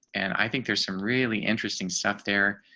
and i think there's some really interesting stuff there.